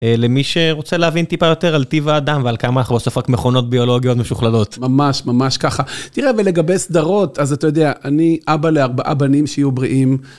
למי שרוצה להבין טיפה יותר על טיב האדם ועל כמה אנחנו עושים רק מכונות ביולוגיות משוכללות. ממש ממש ככה. תראה, ולגבי סדרות, אז אתה יודע, אני אבא לארבעה בנים שיהיו בריאים.